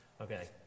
okay